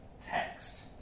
text